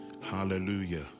Hallelujah